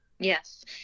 Yes